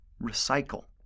recycle